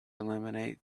eliminate